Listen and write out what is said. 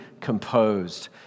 composed